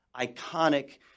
iconic